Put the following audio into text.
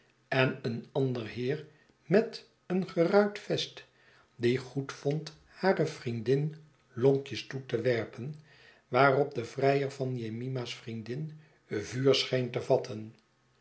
en een ander heer met een geruit vest die goedvond hare vriendin lonkjes toe te werpen waarop de vrijer van jemima's vriendin vuur scheen te vatten